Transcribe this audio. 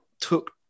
took